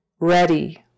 Ready